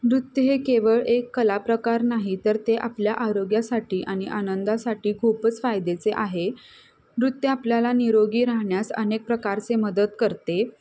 नृत्य हे केवळ एक कला प्रकार नाही तर ते आपल्या आरोग्यासाठी आणि आनंदासाठी खूपच फायद्याचे आहे नृत्य आपल्याला निरोगी राहण्यास अनेक प्रकारचे मदत करते